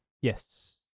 Yes